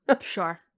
Sure